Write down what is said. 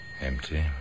Empty